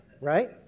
right